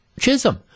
Chisholm